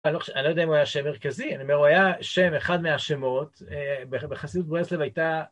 אני לא יודע אם הוא היה שם מרכזי, אני אומר, הוא היה שם אחד מהשמות בחסידות ברסלב הייתה...